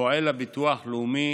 פועל הביטוח הלאומי